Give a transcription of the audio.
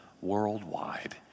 worldwide